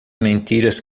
mentiras